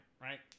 right